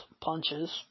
punches